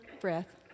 breath